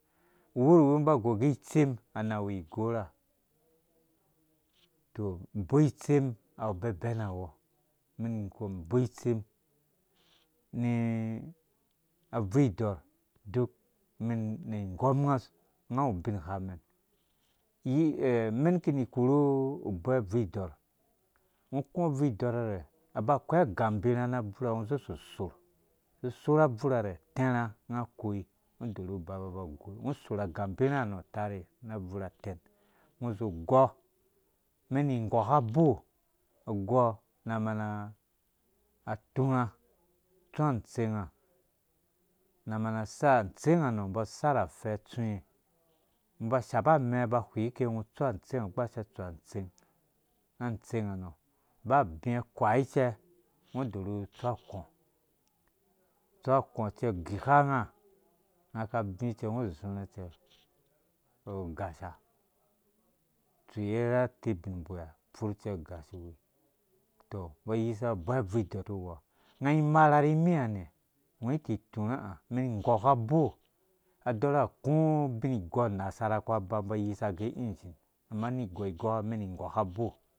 Uwurwi ungo uba ugɔr ugɛ itsem ana awu igɔrha tɔ uboi itsem awu bebenawɔ umɛn ingɔm uboi itsem ni abvurhu idɔɔrd duk ni igɔm unga unga awu ubinghamen iyi umɛn iki ni ikoru uboi abvurh udɔorh ungo uku abvurh idɔorah aba akoi gambirha na abvurha ungo uzi sosorh uzu sorh abvurha re utɛ rha unga akoyi ungo udorhu uba ba gɔ ungo usorh agambirha nɔ tarhe na abvurha ten ungo uzu ugɔ umɛn ini ingɔkaboi gɔ na mana aturha atsu antsɛnga na mana asar antsɛnga nɔ umbɔ sarh fɛɛ tsuwe ungo uba ushapa amɛɛ aba ahwii ke ungo utsu antsɛnga. ungo ugbaashia utsu antsɛng na antsɛnga nɔ ba abi akurai cɛ ungo udɔrhu utsu akɔɔ utsu akɔɔ cɛɛ ugika unga unga ka abi cɛ ungo uzurha cɛ ugasha utsuyer ra atibin uboi ha upfur cɛ ugasure tɔ umbɔ ayise uboi abvur idɔɔrh numɔ unga imarha nimi ha nɛ ungo ititurha ha umɛn igɔkabo adɔrha aku ubin igɔ anasara aku aba umbɔ ayisa gɛ ingin ama ani igɔ igɔka umɛn ni igɔkabo